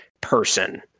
person